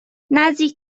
نزدیک